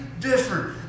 different